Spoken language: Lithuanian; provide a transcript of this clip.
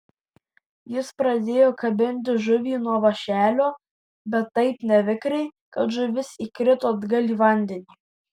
jis pradėjo kabinti žuvį nuo vąšelio bet taip nevikriai kad žuvis įkrito atgal į vandenį